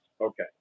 Okay